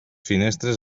finestres